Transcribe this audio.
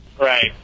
right